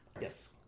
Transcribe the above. Yes